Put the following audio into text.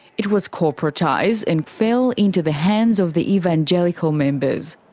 it was corporatised and fell into the hands of the evangelical members.